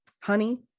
honey